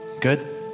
Good